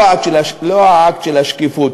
לא האקט של השקיפות.